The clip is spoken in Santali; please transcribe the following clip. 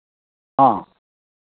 ᱦᱮᱸ